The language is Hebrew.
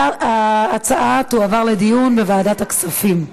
ההצעה תועבר לדיון בוועדת הכספים.